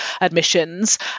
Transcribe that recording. admissions